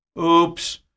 Oops